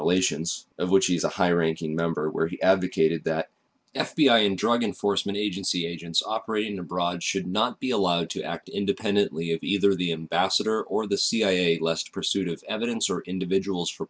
relations of which he is a high ranking member where he advocated that f b i and drug enforcement agency agents operating abroad should not be allowed to act independently of either the ambassador or the cia lest pursuit of evidence or individuals for